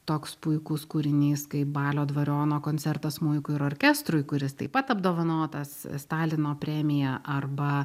toks puikus kūrinys kaip balio dvariono koncertas smuikui ir orkestrui kuris taip pat apdovanotas stalino premija arba